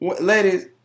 ladies